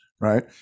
right